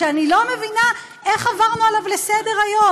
שאני לא מבינה איך עברנו עליו לסדר-היום,